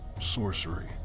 sorcery